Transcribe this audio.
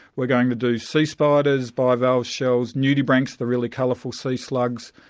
we're going to do sea spiders, bivalve shells, nudibranchs, the really colourful sea slugs,